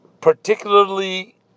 particularly